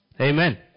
Amen